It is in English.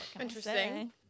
interesting